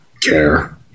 care